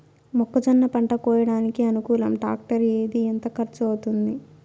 మొక్కజొన్న పంట కోయడానికి అనుకూలం టాక్టర్ ఏది? ఎంత ఖర్చు అవుతుంది?